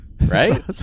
right